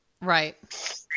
Right